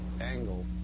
angle